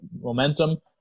momentum